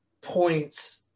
points